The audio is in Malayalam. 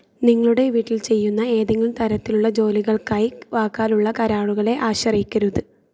നിങ്ങളുടെ വീട്ടിൽ ചെയ്യുന്ന ഏതെങ്കിലും തരത്തിലുള്ള ജോലികൾക്കായി വാക്കാലുള്ള കരാറുകളെ ആശ്രയിക്കരുത്